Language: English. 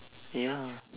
ya